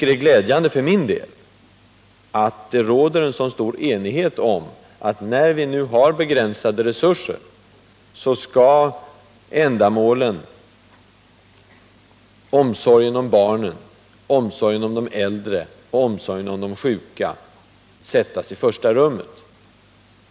Det är glädjande att det råder en så stor enighet — när vi nu har begränsade resurser — om att omsorgen om barnen, omsorgen om de äldre och omsorgen om de sjuka skall sättas i första rummet.